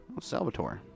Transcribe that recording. Salvatore